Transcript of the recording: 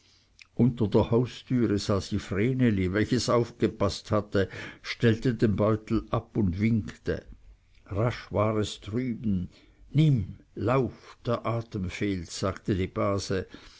unter der haustüre sah sie vreneli welches aufgepaßt hatte stellte den beutel ab und winkte rasch war es drüben nimm lauf der atem fehlt sagte die base